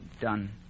done